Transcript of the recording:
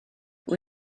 rydw